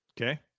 Okay